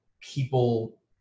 people